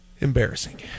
Embarrassing